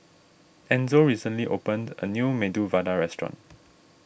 Enzo recently opened a new Medu Vada restaurant